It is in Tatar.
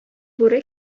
бүре